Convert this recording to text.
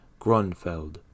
Grunfeld